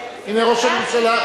הנה ראש הממשלה.